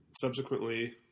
subsequently